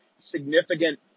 significant